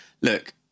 look